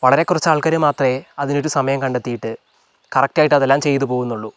വളരെ കുറച്ചാൽക്കാര് മാത്രമേ അതിനൊരു സമയം കണ്ടെത്തിയിട്ട് കറക്റ്റായിട്ട് അതെല്ലാം ചെയ്തുപോകുന്നുള്ളൂ